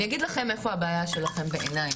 אני אגיד לכם איפה הבעיה שלכם, בעיניי.